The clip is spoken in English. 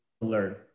learn